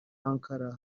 ankara